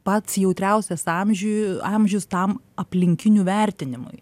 pats jautriausias amžiui amžius tam aplinkinių vertinimui